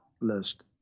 list